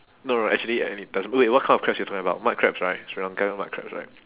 no no actually any ty~ wait what kind of crabs you talking about mud crabs right sri lankan mud crabs right